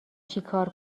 چیکار